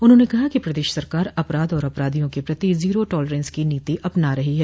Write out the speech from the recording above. उन्होंने कहा कि प्रदेश सरकार अपराध और अपराधियों के प्रति जीरो टॉलरेंस की नीति अपना रही है